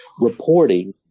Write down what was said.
reporting